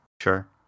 sure